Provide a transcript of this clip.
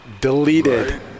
deleted